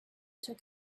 took